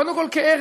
קודם כול כערך,